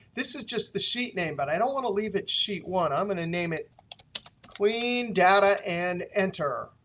this is just the sheet name, but i don't want to leave it sheet one. i'm going to and name it clean data, and enter.